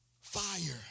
fire